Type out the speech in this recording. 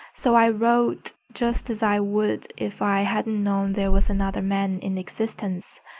so i wrote just as i would if i hadn't known there was another man in existence.